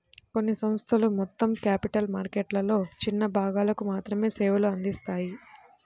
కొన్ని సంస్థలు మొత్తం క్యాపిటల్ మార్కెట్లలో చిన్న భాగాలకు మాత్రమే సేవలు అందిత్తాయి